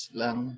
lang